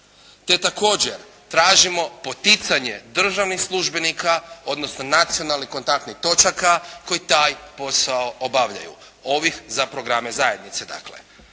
te također tražimo poticanje državnih službenika odnosno nacionalnih kontaktnih točaka koji taj posao obavljaju ovih za programe zajednice dakle.